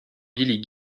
billy